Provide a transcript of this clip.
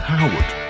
Howard